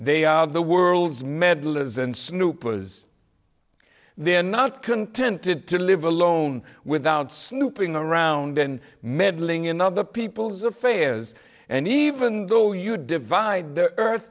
they are the world's medlars and snoopers they're not contented to live alone without snooping around and meddling in other people's affairs and even though you divide the earth